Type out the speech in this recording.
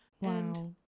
Wow